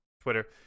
twitter